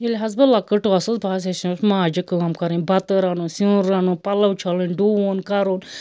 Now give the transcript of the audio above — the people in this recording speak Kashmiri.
ییٚلہِ حظ بہٕ لۄکٕٹ ٲسس بہٕ حظ ہیٚچھنٲوٕس ماجہِ کٲم کَرٕنۍ بَتہٕ رَنُن سیُن رَنُن پَلَو چھَلٕنۍ ڈُوُن کَرُن